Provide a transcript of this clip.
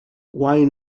why